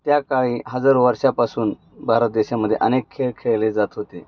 त्या काळी हजर वर्षापासून भारत देशामध्ये अनेक खेळ खेळले जात होते